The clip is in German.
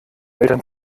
eltern